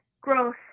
growth